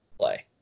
play